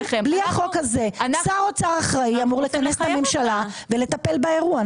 בלי החוק הזה שר אוצר אחראי אמור לכנס את הממשלה ולטפל באירוע,